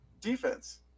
defense